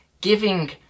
giving